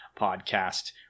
podcast